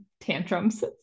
tantrums